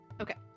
Okay